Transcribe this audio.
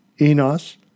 Enos